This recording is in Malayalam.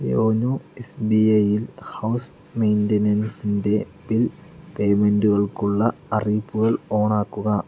യോനോ എസ് ബി ഐ യിൽ ഹൗസ് മെയിൻ്റെനൻസിൻ്റെ ബിൽ പേയ്മെൻറ്റുകൾക്കുള്ള അറിയിപ്പുകൾ ഓണാക്കുക